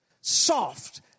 Soft